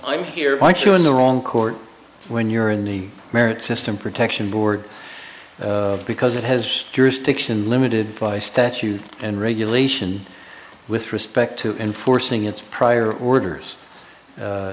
i'm here by showing the wrong court when you're in the merit system protection board because it has jurisdiction limited by statute and regulation with respect to enforcing its prior orders